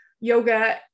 yoga